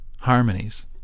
harmonies